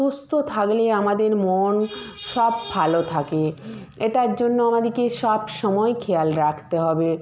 সুস্থ থাকলেই আমাদের মন সব ভালো থাকে এটার জন্য আমাদেরকে সব সময় খেয়াল রাখতে হবে